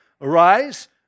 Arise